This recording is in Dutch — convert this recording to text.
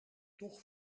toch